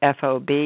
FOB